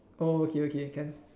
oh okay okay can